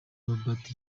robert